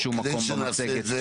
כדי שנעשה את זה,